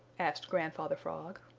asked grandfather frog.